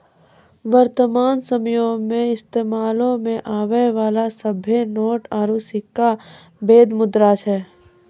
वर्तमान समयो मे इस्तेमालो मे आबै बाला सभ्भे नोट आरू सिक्का बैध मुद्रा छै